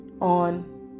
on